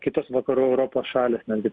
kitos vakarų europos šalys netgi ta